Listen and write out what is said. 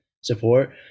support